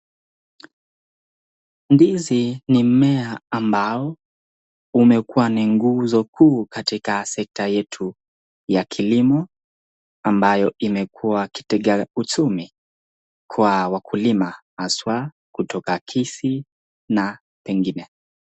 Ndizi ni mmea ambao umekuwa ni nguzo kuu katika sekta yetu ya kilimo ambayo imekuwa kitega uchumi kwa wakulima haswa kutoka Kisii na pengine.